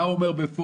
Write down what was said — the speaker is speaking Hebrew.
מה הוא אומר בפועל?